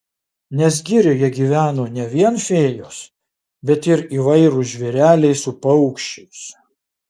nes girioje gyveno ne vien fėjos bet ir įvairūs žvėreliai su paukščiais